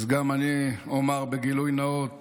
אז גם אני אומר בגילוי נאות